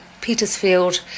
Petersfield